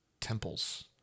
temples